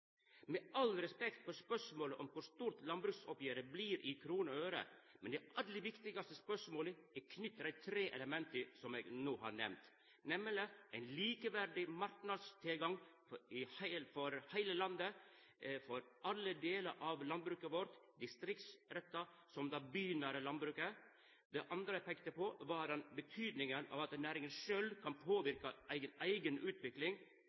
Med all respekt for spørsmålet om kor stort landbruksoppgjeret blir i kroner og øre, er det aller viktigaste spørsmålet knytt til dei tre elementa som eg no har nemnt, nemleg ein likeverdig marknadstilgang for heile landet, for alle delar av landbruket vårt, like mykje det distriktsretta som det bynære landbruket. Det andre eg peikte på, var betydinga av at næringa sjølv kan påverka eiga utvikling.